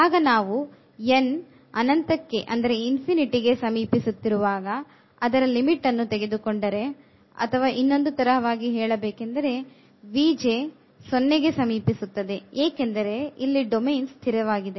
ಈಗ ನಾವು ನಾವು n ಅನಂತಕ್ಕೆ ಸಮೀಪಿಸುತ್ತಿರುವಾಗ ಅದರ limit ಅನ್ನು ತೆಗೆದುಕೊಂಡರೆ ಅಥವಾ ಇನ್ನೊಂದು ತರವಾಗಿ ಹೇಳಬೇಕೆಂದರೆ 0ಗೆ ಸಮೀಪಿಸುತ್ತದೆ ಏಕೆಂದರೆ ಇಲ್ಲಿ ಡೊಮೇನ್ ಸ್ಥಿರವಾಗಿದೆ